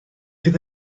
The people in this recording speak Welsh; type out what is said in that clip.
fydd